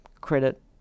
credit